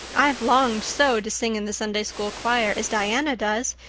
i've longed so to sing in the sunday-school choir, as diana does,